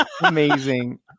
amazing